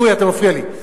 אורי, אתה מפריע לי.